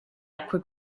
acque